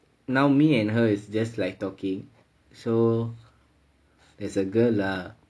now me and her is just like talking so it's a girl lah